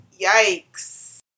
yikes